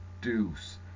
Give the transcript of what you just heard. Deuce